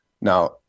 Now